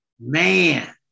Man